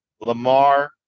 Lamar